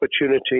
opportunity